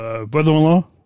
brother-in-law